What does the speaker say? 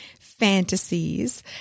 fantasies